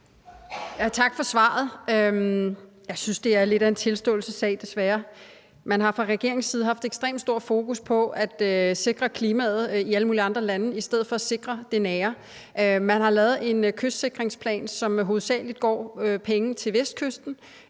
Tak for svaret. Jeg synes, det desværre er lidt af en tilståelsessag. Man har fra regeringens side haft ekstremt stort fokus på at sikre klimaet i alle mulige andre lande i stedet for at sikre det nære. Man har lavet en kystsikringsplan, hvor pengene hovedsagelig går til vestkysten